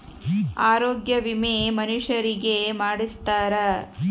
ಆರೊಗ್ಯ ವಿಮೆ ಮನುಷರಿಗೇ ಮಾಡ್ಸ್ತಾರ